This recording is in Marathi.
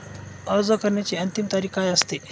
अर्ज करण्याची अंतिम तारीख काय असते?